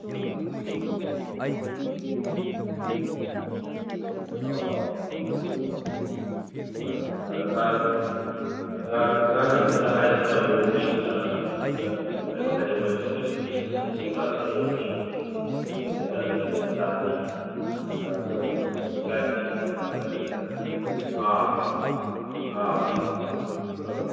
ꯎꯝ ꯎꯝ ꯑꯣ ꯍꯣꯏ ꯍꯣꯏ ꯑꯉꯥꯡꯁꯤꯡꯁꯤꯅ ꯍꯥꯏꯔꯤꯁꯤꯅ ꯑꯃꯨꯛ ꯃꯣꯏꯁꯤꯅ ꯇꯧꯔꯤꯁꯤꯅ ꯑꯩꯈꯣꯏꯒꯤ ꯃꯈꯜ ꯃꯈꯜꯅꯤ ꯃꯣꯏ ꯆꯠꯇꯣꯏꯁꯤꯗꯤ ꯁꯦꯟꯗ꯭ꯔꯥ ꯆꯠꯂꯨꯔꯅꯤ ꯑꯗꯩ ꯁꯦꯟꯗ꯭ꯔꯥꯗꯒꯤ ꯑꯃꯨꯛ ꯍꯜꯂꯛꯑꯅꯤ ꯍꯜꯂꯛꯑꯒ ꯑꯃꯨꯛ ꯍꯧꯖꯤꯛꯀꯥꯟꯗꯤ ꯃꯈꯟ ꯃꯈꯟ ꯑ ꯑꯥ ꯑꯥ ꯑ